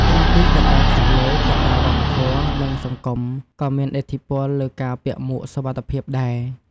ក្រៅពីកត្តាខាងលើ កត្តាវប្បធម៌ និងសង្គមក៏មានឥទ្ធិពលលើការពាក់មួកសុវត្ថិភាពដែរ។